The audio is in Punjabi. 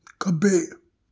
ਖੱਬੇ